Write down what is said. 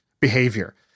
behavior